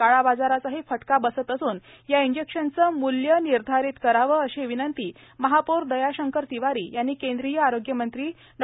काळाबाजाराचाही फटका बसत असून या इंजेक्शनचे मूल्य निर्धारित करावे अशी विनंती महापौर दयाशंकर तिवारी यांनी केंद्रीय आरोग्य मंत्री डॉ